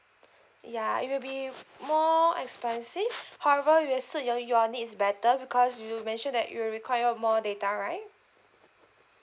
ya it will be more expensive however it will suit your needs better because you mention that you require more data right